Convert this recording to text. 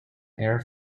air